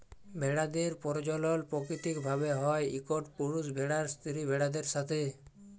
ভেড়াদের পরজলল পাকিতিক ভাবে হ্যয় ইকট পুরুষ ভেড়ার স্ত্রী ভেড়াদের সাথে